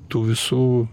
tų visų